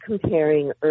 comparing